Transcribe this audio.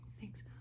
Thanks